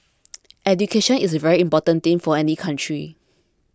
education is a very important thing for any country